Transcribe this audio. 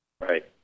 Right